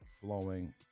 flowing